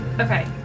Okay